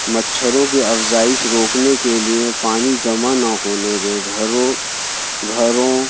مچھروں کی افزائش روکنے کے لیے پانی جمع نہ ہونے دیں گھروں گھروں